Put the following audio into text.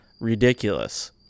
ridiculous